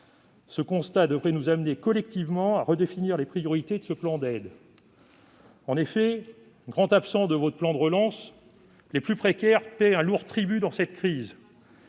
Ce constat devrait nous amener collectivement à redéfinir les priorités de ce plan d'aide. En effet, grands absents de votre plan de relance, les plus précaires paient un lourd tribut dans cette crise.